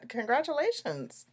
congratulations